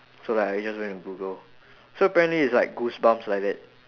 so like I just went to google so apparently it's like goosebumps like that